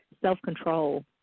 self-control